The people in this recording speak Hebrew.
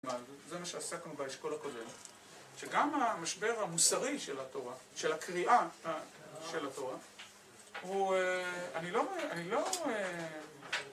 זה מה שעשה כאן באשכול הקודם. שגם המשבר המוסרי של התורה, של הקריאה של התורה, הוא אני לא